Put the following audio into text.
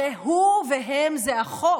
הרי הוא והם זה החוק.